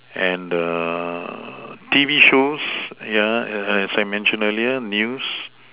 and T V shows as I mentioned earlier news